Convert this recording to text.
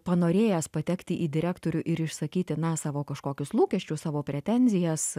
panorėjęs patekti į direktorių ir išsakyti na savo kažkokius lūkesčius savo pretenzijas